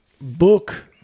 book